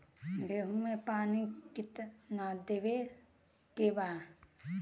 गेहूँ मे पानी कितनादेवे के बा?